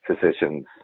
physicians